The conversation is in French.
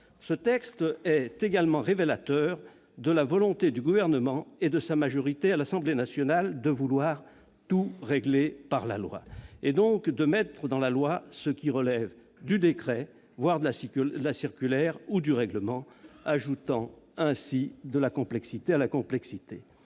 Ce texte est également révélateur de la volonté du Gouvernement et de sa majorité à l'Assemblée nationale de vouloir tout régler par la loi, donc d'y faire figurer ce qui relève du décret, voire de la circulaire ou du règlement, ajoutant ainsi de la complexité à la complexité.